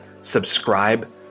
subscribe